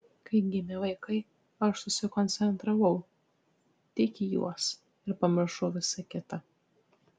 kai gimė vaikai aš susikoncentravau tik į juos ir pamiršau visa kita